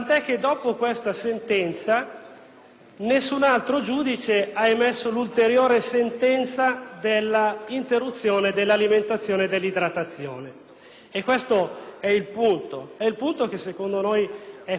nessun giudice ha emesso l'ulteriore sentenza di interruzione dell'alimentazione e dell'idratazione. Questo è il punto, che secondo noi è fondamentale: